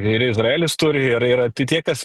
ir izraelis turi ir ir tai tie kas